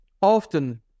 often